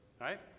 Right